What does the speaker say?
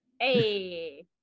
Hey